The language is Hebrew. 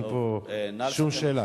אין פה שום שאלה.